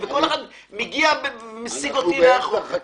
וכל אחד מגיע ומסיג אותי לאחור.